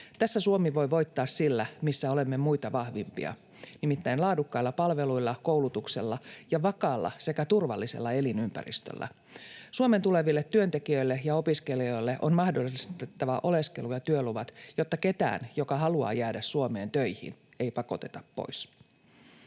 Tässä Suomi voi voittaa sillä, missä olemme muita vahvempia, nimittäin laadukkailla palveluilla, koulutuksella ja vakaalla sekä turvallisella elinympäristöllä. Suomeen tuleville työntekijöille ja opiskelijoille on mahdollistettava oleskelu- ja työluvat, jotta ketään, joka haluaa jäädä Suomeen töihin, ei pakoteta pois.